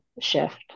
shift